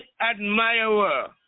admirer